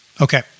Okay